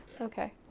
Okay